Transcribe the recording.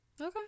Okay